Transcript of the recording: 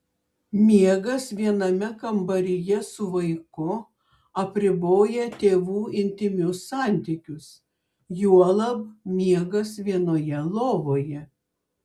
miegas viename kambaryje su vaiku apriboja tėvų intymius santykius juolab miegas vienoje lovoje